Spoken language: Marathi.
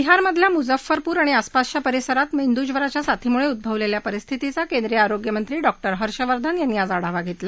बिहारमधल्या मुझफ्फरपूर आणि आसपासच्या परिसरात मेंदूज्वराच्या साथीमुळे उझवलेल्या परिस्थितीचा केंद्रीय आरोग्यमंत्री डॉ हर्षवर्धन यांनी आज आढावा घेतला